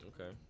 okay